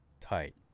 Tight